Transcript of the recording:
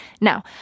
Now